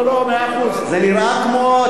זה נראה כמו,